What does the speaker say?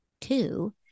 two